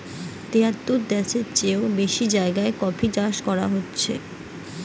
তেয়াত্তর দ্যাশের চেও বেশি জাগায় কফি চাষ করা হতিছে